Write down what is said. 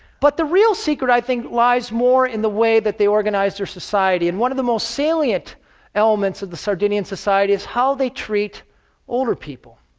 but the real secret i think lies more in the way that they organize their society. and one of the most salient elements of the sardinian society is how they treat older people.